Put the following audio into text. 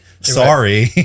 Sorry